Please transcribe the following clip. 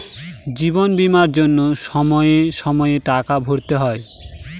জীবন বীমার জন্য সময়ে সময়ে টাকা ভরতে হয়